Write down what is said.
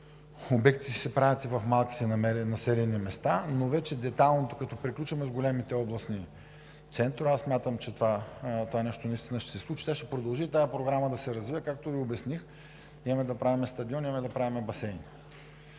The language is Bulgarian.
обекти се правят и в малките населени места, но вече детайлното, като приключим с големите областни центрове, смятам, че това нещо наистина ще се случи, тази програма ще продължи да се развива. Както Ви обясних, имаме да правим стадиони, имаме да правим басейни.